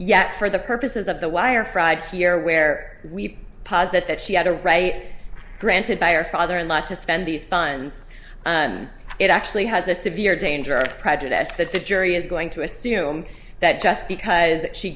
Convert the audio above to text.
yet for the purposes of the wire fraud here where we posit that she had a right granted by her father in law to spend these funds and it actually has a severe danger of prejudiced that the jury is going to assume that just because she